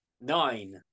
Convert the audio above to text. nine